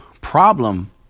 problem